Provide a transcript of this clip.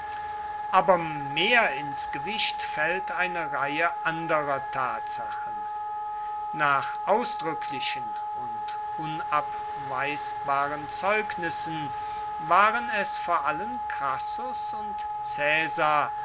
aber mehr ins gewicht fällt eine reihe anderer tatsachen nach ausdrücklichen und unabweisbaren zeugnissen waren es vor allen crassus und caesar